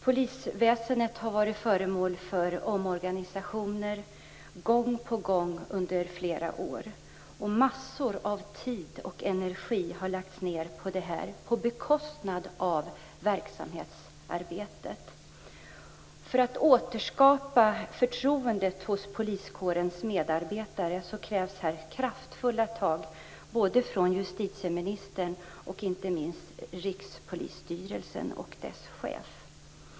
Polisväsendet har varit föremål för omorganisationer gång på gång under flera år. Massor av tid och energi har lagts ned på detta på bekostnad av verksamhetsarbetet. För att återskapa förtroendet hos poliskårens medarbetare krävs kraftfulla tag både från justitieministern och inte minst från Rikspolisstyrelsen och dess chef.